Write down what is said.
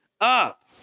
up